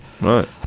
Right